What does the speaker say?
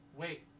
Wait